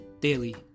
Daily